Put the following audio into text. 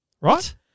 right